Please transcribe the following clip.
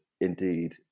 indeed